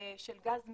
של גז מצרי,